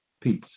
Peace